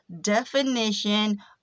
definition